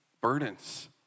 burdens